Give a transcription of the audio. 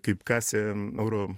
kaip kasė euro